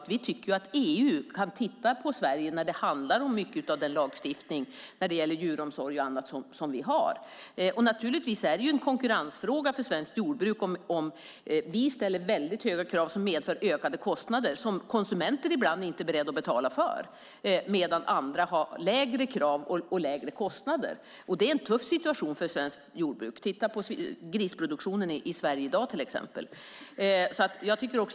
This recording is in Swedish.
Vi tycker att EU kan titta på Sverige när det handlar om mycket av den lagstiftning om djuromsorg och annat som vi har. Det är en konkurrensfråga för svenskt jordbruk om vi ställer väldigt höga krav som medför ökade kostnader som konsumenter ibland inte är beredda att betala för medan andra har lägre krav och lägre kostnader. Det är en tuff situation för svenskt jordbruk. Titta på grisproduktionen i Sverige i dag, till exempel.